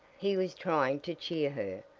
he was trying to cheer her,